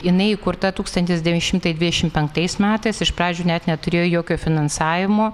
jinai įkurta tūkstantis devyni šimtai dvidešimt penktais metais iš pradžių net neturėjo jokio finansavimo